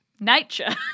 nature